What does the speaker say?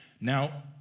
Now